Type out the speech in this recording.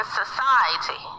society